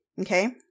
okay